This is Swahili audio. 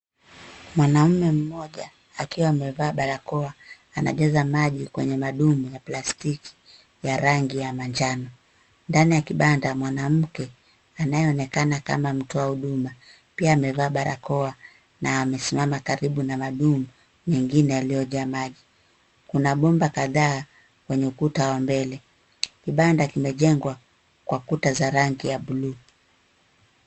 Mwanaume mmoja akiwa amevaa barakoa anajaza maji kwenye madumu ya plastiki ya rangi ya manjano. Ndani ya kibanda mwanamke anayeonekana kama mtoa huduma pia amevaa barakoa na amesimama karibu na madumu mengine yaliyojaa maji. Kuna bomba kadhaa kwenye ukuta wa mbele. Kibanda kimejengwa kwa kuta za rangi ya blue .